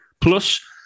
Plus